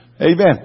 Amen